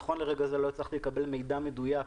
נכון לרגע זה, לא הצלחתי לקבל מידע מדויק.